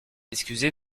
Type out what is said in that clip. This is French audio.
excusez